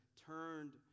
turned